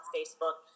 Facebook